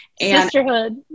Sisterhood